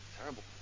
terrible